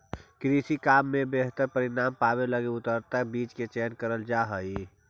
कृषि काम में बेहतर परिणाम पावे लगी उन्नत बीज के चयन करल जा हई